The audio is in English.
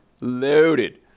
loaded